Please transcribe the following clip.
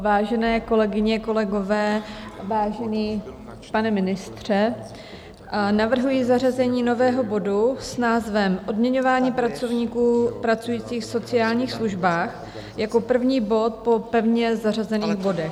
Vážené kolegyně a kolegové, vážený pane ministře, navrhuji zařazení nového bodu s názvem Odměňování pracovníků pracujících v sociálních službách jako první bod po pevně zařazených bodech.